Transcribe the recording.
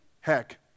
Heck